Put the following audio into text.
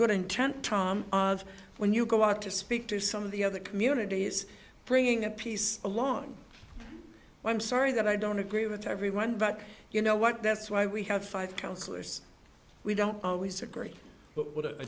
good intent when you go out to speak to some of the other communities bringing a piece along well i'm sorry that i don't agree with everyone but you know what that's why we have five counselors we don't always agree but i